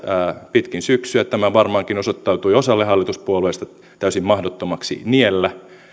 pitkin syksyä tämä varmaankin osoittautui osalle hallituspuolueista täysin mahdottomaksi niellä